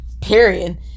Period